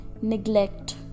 neglect